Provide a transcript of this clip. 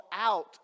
out